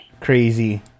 crazy